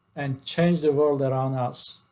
and change the world around us.